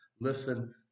listen